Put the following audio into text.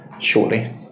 Shortly